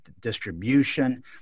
distribution